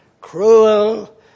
cruel